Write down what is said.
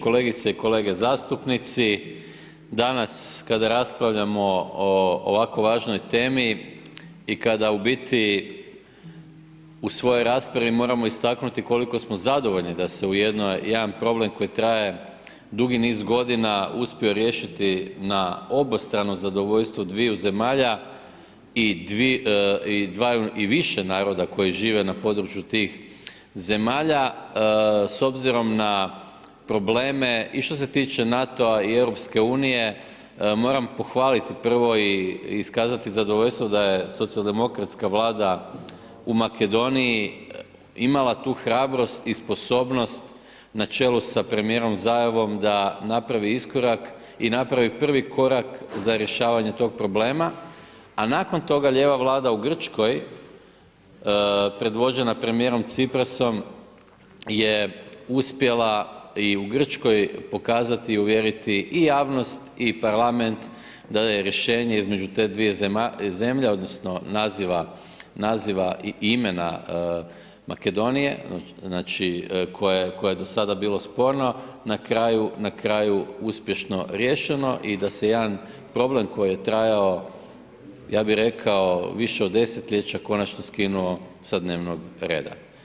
Kolegice i kolege zastupnici, danas kada raspravljamo o ovako važnoj temi i kada u biti, u svojoj raspravi moramo istaknuti koliko smo zadovoljni da se jedna problem koji traje dugi niz godina, uspije riješiti na obostrano zadovoljstvo dviju zemalja i dvaju i više naroda koji žive na području tih zemalja, s obzirom na probleme i što se tiče NATO-a i EU moram pohvaliti i iskazati zadovoljstvo da je socijaldemokratska vlada u Makedoniji imala tu hrabrost i sposobnost na čelu sa premjerom Zajevom da napravi iskorak i napravi prvi korak za rješavanje tog problema, a nakon toga lijeva vlada u Grčkoj, predvođena premjerom Ciprasom je uspjela i u Grčkoj pokazati i uvjeriti i javnost i parlament da je rješenje između te 2 zemlje, odnosno, naziva i imena Makedonija, znači koje je do sada bili sporno, na kraju uspješno riješeno i da se jedan problem koji je trajao, ja bi rekao više od desetljeća konačno skinuo sa dnevnog reda.